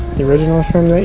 the original shim